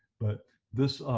but this